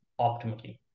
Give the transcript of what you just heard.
optimally